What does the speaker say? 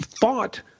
fought